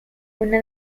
una